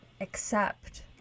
accept